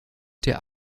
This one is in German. der